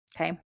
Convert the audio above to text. Okay